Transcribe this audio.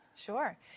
Sure